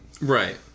right